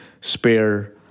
spare